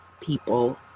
people